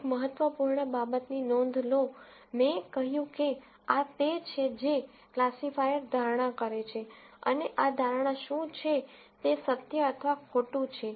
એક મહત્વપૂર્ણ બાબતની નોંધ લો મેં કહ્યું કે આ તે છે જે ક્લાસિફાયર ધારણા કરે છે અને આ ધારણા શું છે તે સત્ય અથવા ખોટું છે